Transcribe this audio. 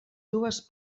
dues